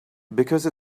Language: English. because